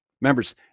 members